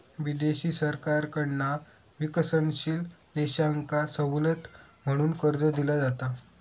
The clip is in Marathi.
विदेशी सरकारकडना विकसनशील देशांका सवलत म्हणून कर्ज दिला जाता